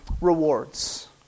rewards